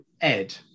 Ed